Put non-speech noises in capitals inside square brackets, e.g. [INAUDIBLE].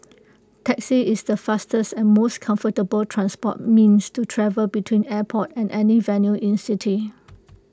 taxi is the fastest and most comfortable transport means to travel between airport and any venue in city [NOISE]